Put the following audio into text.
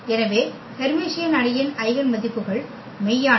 எனவே ஹெர்மிசியன் அணியின் ஐகென் மதிப்புகள் மெய்யானவை